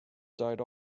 died